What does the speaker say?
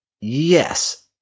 Yes